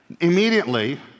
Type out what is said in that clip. Immediately